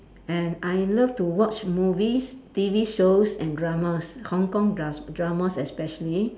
and I love to watch movies T_V shows and dramas Hong-Kong dras~ dramas especially